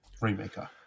Remaker